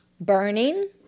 burning